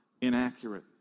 inaccurate